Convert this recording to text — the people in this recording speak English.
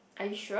are you sure